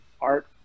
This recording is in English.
Art